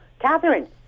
Catherine